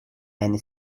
main